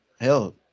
hell